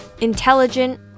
intelligent